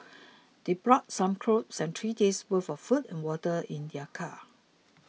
they brought some clothes and three days' worth of food and water in their car